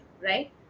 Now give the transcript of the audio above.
right